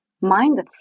mind